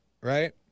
right